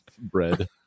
bread